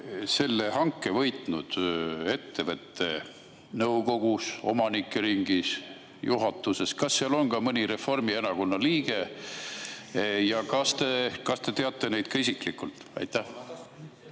selle hanke võitnud ettevõtte nõukogus, omanike ringis, juhatuses, on ka mõni Reformierakonna liige? Ja kas te teate neid ka isiklikult?